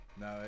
No